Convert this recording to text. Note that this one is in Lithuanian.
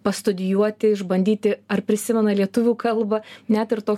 pastudijuoti išbandyti ar prisimena lietuvių kalbą net ir to